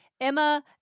Emma